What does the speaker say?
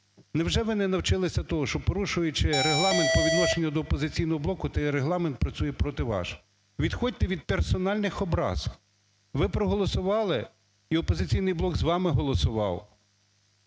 Невже ви не навчилися того, що, порушуючи Регламент по відношенню до "Опозиційного блоку", то й Регламент працює проти вас? Відходьте від персональних образ. Ви проголосували, і "Опозиційний блок" з вами голосував.